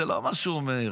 זה לא מה שהוא אומר,